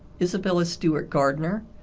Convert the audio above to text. isabella stewart gardner,